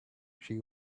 she